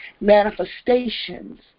manifestations